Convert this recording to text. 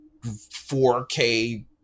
4k